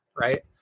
Right